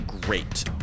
great